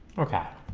okay